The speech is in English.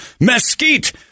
mesquite